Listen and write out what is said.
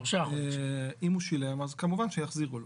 אם הוא שילם, אז כמובן שיחזירו לו.